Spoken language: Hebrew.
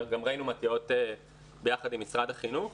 גם ראינו מתי"אות ביחד עם משרד החינוך.